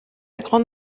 grande